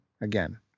Again